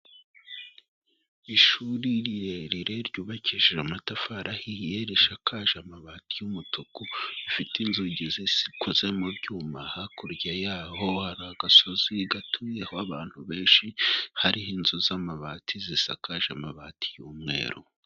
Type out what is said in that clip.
Ishuri rirerire ryubakishije amatafari ahiye rishakaje amabati y'umutuku bifite inzugi zikoze mu byuma, hakurya y'aho hari agasozi gatuyeho abantu benshi hari inzu z'amabati zisakaje amabati y'umweru.